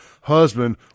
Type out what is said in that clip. husband